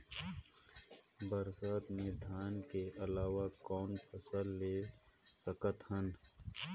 बरसात मे धान के अलावा कौन फसल ले सकत हन?